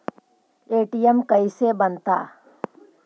ATM कैसे बनता?